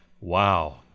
wow